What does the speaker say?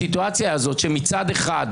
הסיטואציה הזאת, שמצד אחד